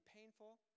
painful